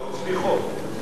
באמצעות שליחו.